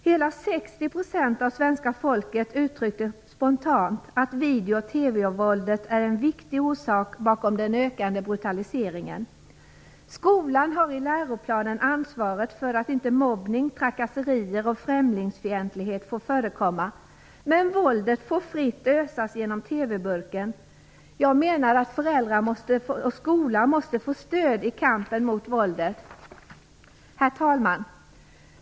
Hela 60 % av svenska folket uttrycker spontant att video och TV-våldet är en viktig orsak bakom den ökande brutaliseringen. Skolan har i läroplanen ansvaret för att inte mobbning, trakasserier och främlingsfientlighet får förekomma. Men våldet får fritt ösas ut genom TV-burken. Föräldrar och skola måste få stöd i kampen mot våldet. Herr talman!